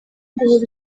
guhora